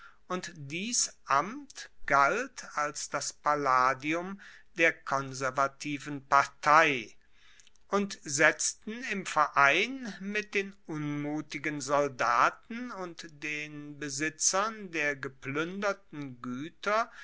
und dies amt galt als das palladium der konservativen partei und setzten im verein mit den unmutigen soldaten und den besitzern der gepluenderten gueter